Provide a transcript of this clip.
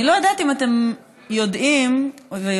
אני לא יודעת אם אתם יודעים ויודעות,